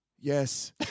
Yes